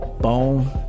Boom